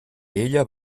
ella